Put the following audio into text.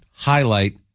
highlight